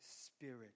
spirit